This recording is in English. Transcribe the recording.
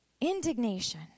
Indignation